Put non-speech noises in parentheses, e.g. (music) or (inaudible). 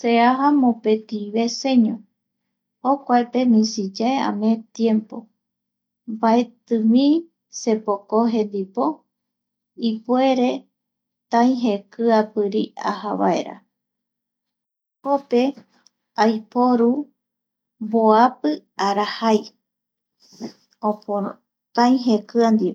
Se aja mopeti veceño, jokuape misiyae amee tiempo mbatimi sepokoje ndipo, ipuere taï jekiapiri aja jokpe aiporu mboapi arajai (hesitation) taijekia ndie